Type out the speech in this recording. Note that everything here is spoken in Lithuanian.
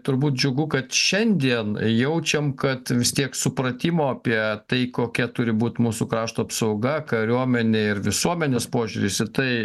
turbūt džiugu kad šiandien jaučiam kad tiek supratimo apie tai kokia turi būt mūsų krašto apsauga kariuomenė ir visuomenės požiūris į tai